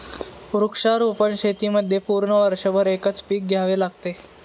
वृक्षारोपण शेतीमध्ये पूर्ण वर्षभर एकच पीक घ्यावे लागते